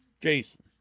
Jason